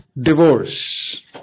divorce